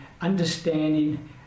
understanding